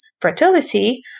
fertility